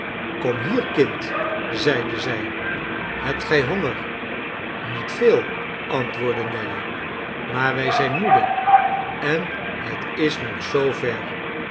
kom hier kind zeide zij hebt gij honger niet veel antwoordde nelly maar wij zijn moede en het is nog zoo